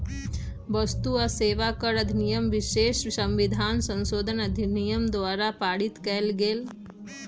वस्तु आ सेवा कर अधिनियम विशेष संविधान संशोधन अधिनियम द्वारा पारित कएल गेल